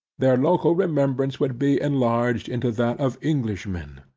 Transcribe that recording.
their local remembrance would be enlarged into that of englishmen.